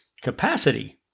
capacity